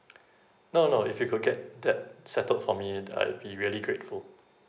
no no if you could get that settled for me and I would be really grateful